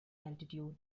altitude